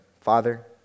Father